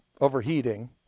overheating